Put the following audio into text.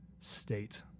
state